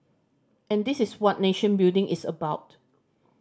and this is what nation building is about